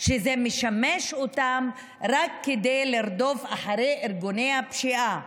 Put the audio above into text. שזה משמש אותם רק כדי לרדוף אחרי ארגוני הפשיעה.